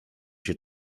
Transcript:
się